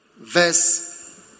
Verse